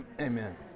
Amen